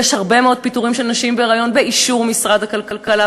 יש הרבה מאוד פיטורים של נשים בהיריון באישור משרד הכלכלה,